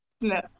No